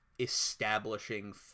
establishing